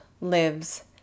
lives